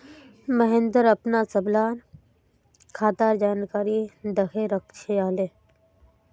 महेंद्र अपनार सबला खातार जानकारी दखे रखयाले